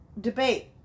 debate